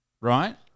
right